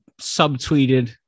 subtweeted